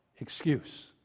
excuse